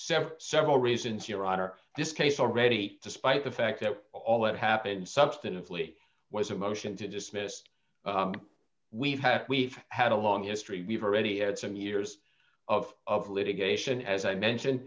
several several reasons your honor this case already despite the fact that all that happened substantively was a motion to dismiss we've had we've had a long history we've already had some years of litigation as i mentioned